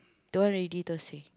don't want already Thursday